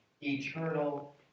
eternal